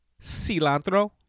Cilantro